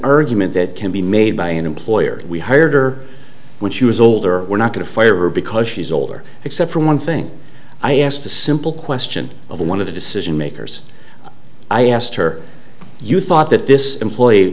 urgent that can be made by an employer we hired her when she was older we're not going to fire her because she's older except for one thing i asked a simple question of the one of the decision makers i asked her you thought that this employee